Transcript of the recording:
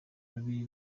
babiri